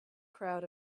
crowd